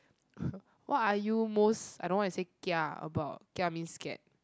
what are you most I don't know what it say kia about kia means scared